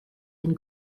ein